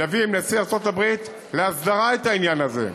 יביא עם נשיא ארצות-הברית להסדרה את העניין הזה.